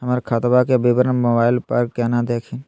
हमर खतवा के विवरण मोबाईल पर केना देखिन?